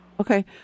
Okay